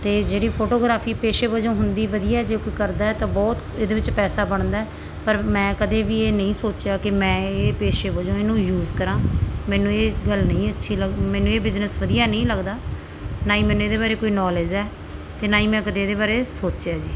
ਅਤੇ ਜਿਹੜੀ ਫੋਟੋਗ੍ਰਾਫੀ ਪੇਸ਼ੇ ਵਜੋਂ ਹੁੰਦੀ ਵਧੀਆ ਜੇ ਕੋਈ ਕਰਦਾ ਤਾਂ ਬਹੁਤ ਇਹਦੇ ਵਿੱਚ ਪੈਸਾ ਬਣਦਾ ਪਰ ਮੈਂ ਕਦੇ ਵੀ ਇਹ ਨਹੀਂ ਸੋਚਿਆ ਕਿ ਮੈਂ ਇਹ ਪੇਸ਼ੇ ਵਜੋਂ ਇਹਨੂੰ ਯੂਜ਼ ਕਰਾਂ ਮੈਨੂੰ ਇਹ ਗੱਲ ਨਹੀਂ ਅੱਛੀ ਲੱਗੀ ਮੈਨੂੰ ਇਹ ਬਿਜਨਸ ਵਧੀਆ ਨਹੀਂ ਲੱਗਦਾ ਨਾ ਹੀ ਮੈਨੂੰ ਇਹਦੇ ਬਾਰੇ ਕੋਈ ਨੌਲੇਜ ਹੈ ਅਤੇ ਨਾ ਹੀ ਮੈਂ ਕਦੇ ਇਹਦੇ ਬਾਰੇ ਸੋਚਿਆ ਜੀ